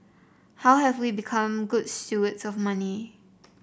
how have we become good stewards of money